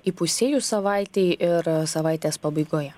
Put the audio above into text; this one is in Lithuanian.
įpusėjus savaitei ir savaitės pabaigoje